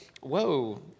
Whoa